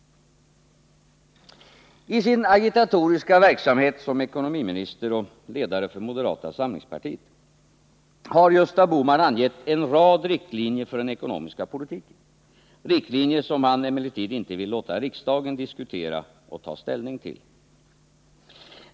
I sin agitatoriska verksamhet som ekonomiminister och ledare för moderata samlingspartiet har Gösta Bohman angett en rad riktlinjer för den ekonomiska politiken, riktlinjer som han emellertid inte vill låta riksdagen diskutera och ta ställning till.